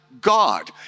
God